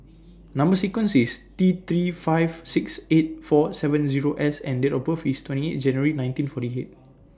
Number sequence IS T three five six eight four seven Zero S and Date of birth IS twenty eight January nineteen forty eight